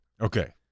okay